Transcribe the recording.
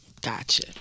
Gotcha